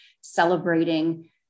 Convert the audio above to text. celebrating